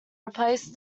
replace